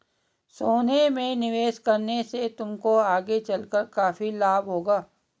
सोने में निवेश करने से तुमको आगे चलकर काफी लाभ होगा